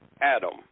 Adam